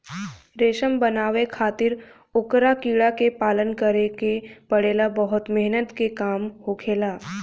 रेशम बनावे खातिर ओकरा कीड़ा के पालन करे के पड़ेला बहुत मेहनत के काम होखेला